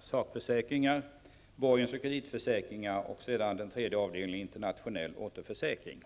sakförsäkringar, borgens och kreditförsäkringar och den tredje avdelningen var internationell återförsäkring.